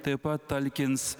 taip pat talkins